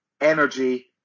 energy